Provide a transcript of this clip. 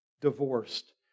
divorced